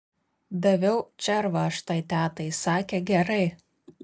daviau červą aš tai tetai sakė gerai